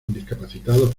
discapacitados